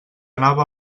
anava